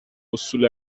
اصول